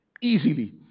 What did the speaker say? easily